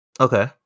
Okay